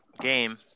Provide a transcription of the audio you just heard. game